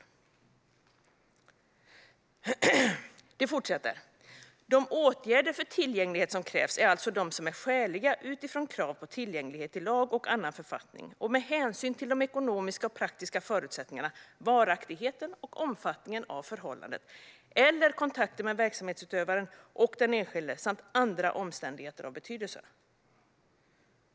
Propositionen fortsätter: "De åtgärder för tillgänglighet som krävs är alltså de som är skäliga utifrån krav på tillgänglighet i lag och annan författning och med hänsyn till de ekonomiska och praktiska förutsättningarna, varaktigheten och omfattningen av förhållandet eller kontakten mellan verksamhetsutövaren och den enskilde samt andra omständigheter av betydelse."